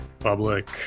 Public